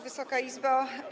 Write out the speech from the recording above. Wysoka Izbo!